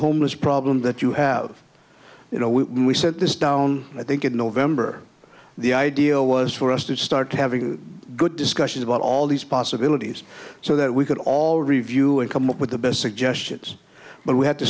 homeless problem that you have you know we said this down i think in november the idea was for us to start having a good discussion about all these possibilities so that we could all review and come up with the best suggestions but we had to